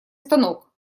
станок